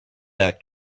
act